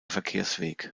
verkehrsweg